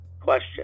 Question